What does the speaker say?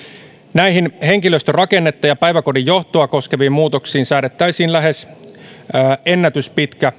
näihin henkilöstörakennetta ja päiväkodin johtoa koskeviin muutoksiin säädettäisiin ennätyspitkä